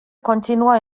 continúa